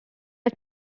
are